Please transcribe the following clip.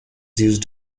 used